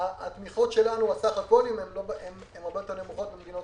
התמיכות שלנו בסך הכול הרבה יותר נמוכות ממדינות